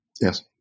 Yes